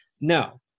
No